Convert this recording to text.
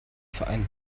verein